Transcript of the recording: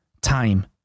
time